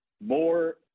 more